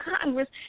Congress